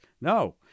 No